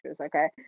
okay